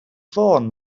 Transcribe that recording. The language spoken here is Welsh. fôn